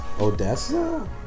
Odessa